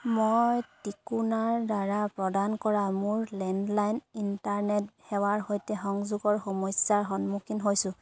মই টিকোনাৰদ্বাৰা প্ৰদান কৰা মোৰ লেণ্ডলাইন ইণ্টাৰনেট সেৱাৰ সৈতে সংযোগৰ সমস্যাৰ সন্মুখীন হৈছোঁ